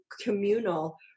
communal